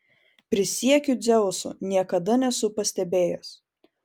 prisiekiu dzeusu niekada nesu pastebėjęs